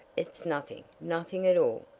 it's nothing, nothing at all!